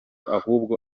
ahubwo